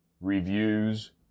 reviews